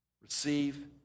Receive